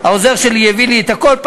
העוזר שלי הביא לי את הכול.